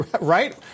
Right